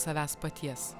savęs paties